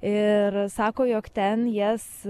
ir sako jog ten jas